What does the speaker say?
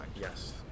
Yes